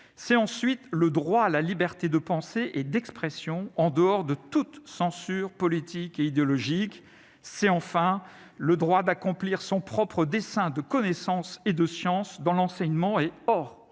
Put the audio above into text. c'est ensuite le droit à la liberté de pensée et d'expression en dehors de toute censure politique et idéologique, c'est enfin le droit d'accomplir son propre dessin de connaissances et de sciences dans l'enseignement et hors de